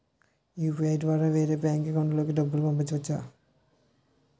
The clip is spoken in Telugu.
యు.పి.ఐ ద్వారా వేరే బ్యాంక్ అకౌంట్ లోకి డబ్బులు పంపించవచ్చా?